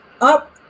up